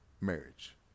marriage